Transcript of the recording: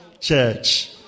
Church